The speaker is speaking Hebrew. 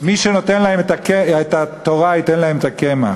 מי שנותן להם את התורה ייתן להם את הקמח.